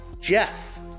Jeff